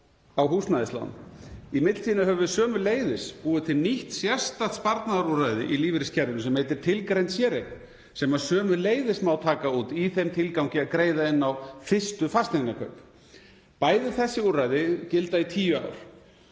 á húsnæðislán. Í millitíðinni höfum við sömuleiðis búið til nýtt sérstakt sparnaðarúrræði í lífeyriskerfinu, sem heitir tilgreind séreign, sem sömuleiðis má taka út í þeim tilgangi að greiða inn á fyrstu fasteignakaup. Bæði þessi úrræði gilda í tíu ár.